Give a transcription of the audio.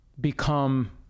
become